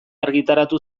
argitaratu